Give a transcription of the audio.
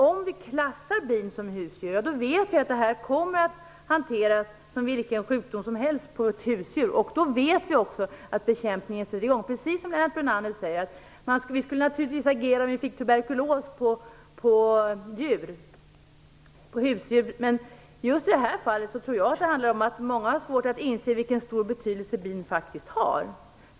Om bin klassas som husdjur vet vi att frågan kommer att hanteras som vilken sjukdom som helst på ett husdjur. Då vet vi att bekämpningen sätts i gång. Precis som Lennart Brunander säger skulle vi naturligtvis reagera om husdjur fick tuberkulos. Men i det här fallet tror jag att det handlar om att många har svårt att inse vilken stor betydelse bin faktiskt har.